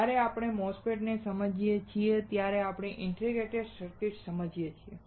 જ્યારે આપણે OP Amps ને સમજીએ છીએ ત્યારે આપણે ઇન્ટિગ્રેટેડ સર્કિટ સમજીએ છીએ